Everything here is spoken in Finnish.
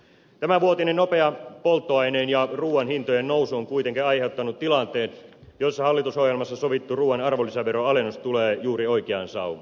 tämänvuotinen nopea polttoaineen ja ruuan hintojen nousu on kuitenkin aiheuttanut tilanteen jossa hallitusohjelmassa sovittu ruuan arvonlisäveronalennus tulee juuri oikeaan saumaan